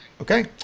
okay